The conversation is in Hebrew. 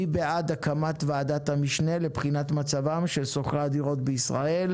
מי בעד הקמת ועדת המשנה לבחינת מצבם של שוכרי הדירות בישראל?